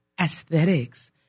aesthetics